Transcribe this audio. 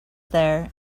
there